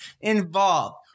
involved